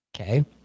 Okay